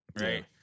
Right